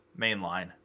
Mainline